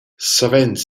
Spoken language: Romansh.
savens